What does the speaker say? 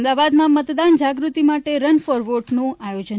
અમદાવાદમાં મતદાન જાગૃતિ માટે રન ફોર વોટનું આયોજન